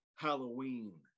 Halloween